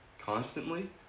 constantly